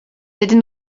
dydyn